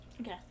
Okay